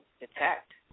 detect